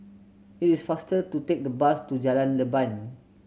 it is faster to take the bus to Jalan Leban